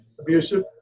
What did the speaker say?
abusive